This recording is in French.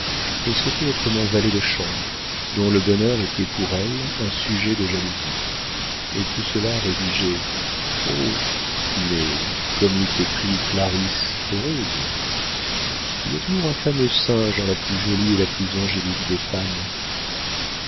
elle souhaitait être mon valet de chambre dont le bonheur était pour elle un sujet de jalousie et tout cela rédigé oh mais comme l'eût écrit clarisse heureuse il y a toujours un fameux singe dans la plus jolie et la plus angélique des femmes